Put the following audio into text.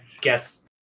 guess